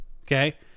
Okay